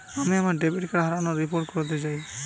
আমি আমার debit card হারানোর রিপোর্ট করতে চাই